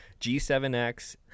G7X